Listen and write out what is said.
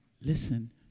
Listen